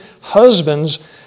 husbands